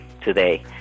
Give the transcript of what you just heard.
today